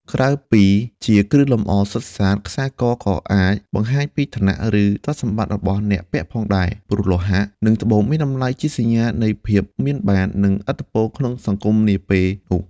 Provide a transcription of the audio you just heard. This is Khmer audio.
ក្រៅពីជាគ្រឿងលម្អសុទ្ធសាធ ខ្សែ ក ក៏អាចបង្ហាញពីឋានៈ ឬទ្រព្យសម្បត្តិ របស់អ្នកពាក់ផងដែរ ព្រោះលោហៈ និងត្បូងមានតម្លៃជាសញ្ញានៃភាពមានបាន និងឥទ្ធិពលក្នុងសង្គមនាពេលនោះ។